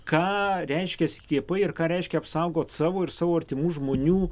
ką reiškia skiepai ir ką reiškia apsaugot savo ir savo artimų žmonių